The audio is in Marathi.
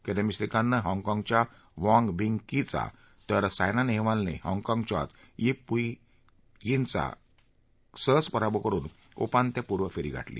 किदांबी श्रीकांतनं हाँगकाँगच्या वॉग विंग कीचा तर सायना नेहवालनं हाँगकाँगच्याच यिप पुई यिनचा पराभव करून उपांत्यपूर्व फेरी गाठली